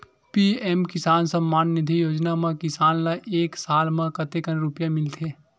PM किसान सम्मान निधी योजना म किसान ल एक साल म कतेक रुपिया मिलथे?